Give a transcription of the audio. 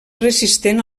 resistent